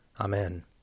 Amen